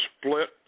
split